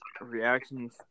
reactions